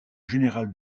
générales